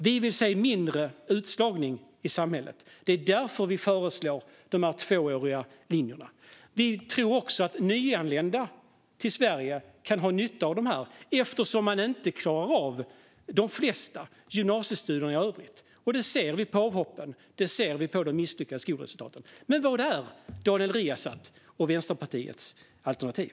Vi vill se mindre utslagning i samhället. Det är därför vi föreslår de tvååriga programmen. Vi tror också att nyanlända till Sverige kan ha nytta av dem, eftersom man inte klarar av de flesta gymnasiestudierna i övrigt. Det ser vi på avhoppen och på de misslyckade studieresultaten. Men vad är Daniels Riazats och Vänsterpartiets alternativ?